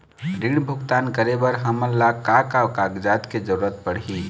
ऋण भुगतान करे बर हमन ला का का कागजात के जरूरत पड़ही?